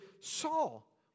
Saul